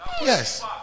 Yes